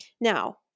Now